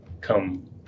come